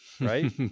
Right